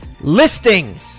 listing